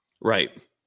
right